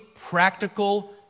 practical